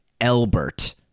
Elbert